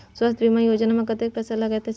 स्वास्थ बीमा योजना में कत्ते पैसा लगय छै?